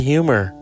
Humor